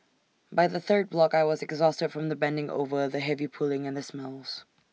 by the third block I was exhausted from the bending over the heavy pulling and the smells